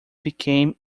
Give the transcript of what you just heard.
became